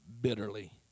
bitterly